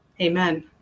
Amen